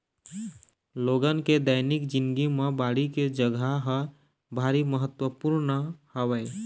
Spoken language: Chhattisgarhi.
लोगन के दैनिक जिनगी म बाड़ी के जघा ह भारी महत्वपूर्न हवय